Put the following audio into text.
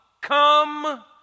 come